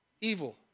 evil